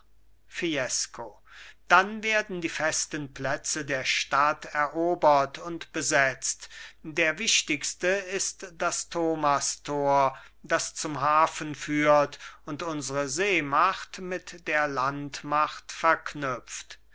fiesco dann werden die festen plätze der stadt erobert und besetzt der wichtigste ist das thomastor das zum hafen führt und unsre seemacht mit der landmacht verknüpft